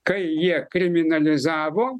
kai jie kriminalizavo